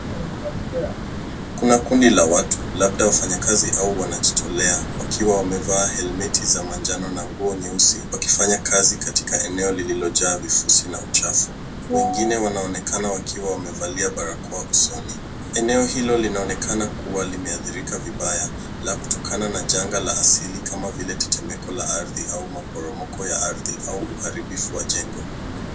Kuna kundi la watu labda wafanyakazi au wanajitolea wakiwa wamevaa helmeti za manjano na nguo nyeusi wakifanya kazi katika eneo lililojaa vifusi na uchafu. Wengine wanaonekana wakiwa wamevalia barakoa usoni. Eneo hilo linaonekana kuwa limeathirika vibaya, labda kutokana na janga la asili kama vile tetemeko la ardhi au maporomoko ya ardhi au uharibifu wa jengo.